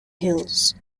hills